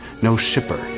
no shipper,